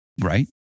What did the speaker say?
Right